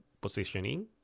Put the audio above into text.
positioning